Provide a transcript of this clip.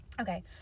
okay